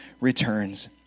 returns